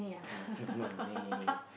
m~ money